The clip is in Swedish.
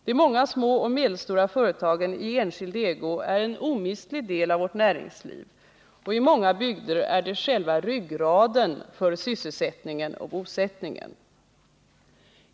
De många små och medelstora företagen i enskild ägo är en omistlig del av vårt näringsliv, och i många bygder är de själva ryggraden för sysselsättningen och bosättningen.